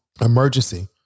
emergency